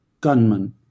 gunman